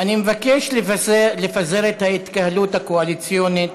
אני מבקש לפזר את ההתקהלות הקואליציונית